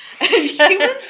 Humans